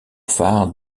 phare